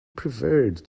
preferred